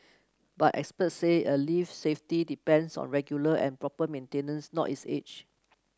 but experts said a lift's safety depends on regular and proper maintenance not its age